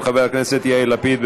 של חבר הכנסת יאיר לפיד.